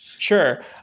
Sure